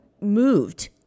moved